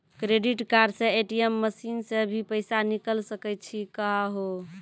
Credit card से ATM machine से भी पैसा निकल सकै छि का हो?